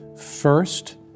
First